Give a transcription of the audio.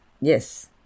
Yes